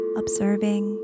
observing